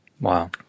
Wow